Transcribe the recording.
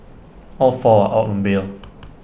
all four are out on bail